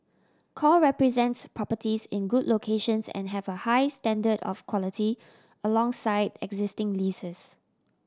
core represents properties in good locations and have a high standard of quality alongside existing leases